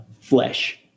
flesh